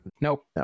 nope